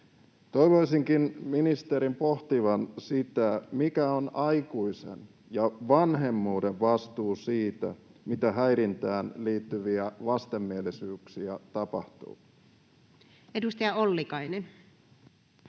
Toivoisinkin ministerin pohtivan sitä, mikä on aikuisen ja vanhemmuuden vastuu siinä, mitä häirintään liittyviä vastenmielisyyksiä tapahtuu. [Speech 37] Speaker: